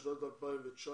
בשנת 2019,